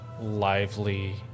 lively